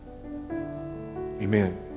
Amen